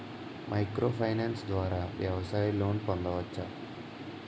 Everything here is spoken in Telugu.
మైక్రో ఫైనాన్స్ ద్వారా వ్యవసాయ లోన్ పొందవచ్చా?